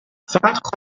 فقط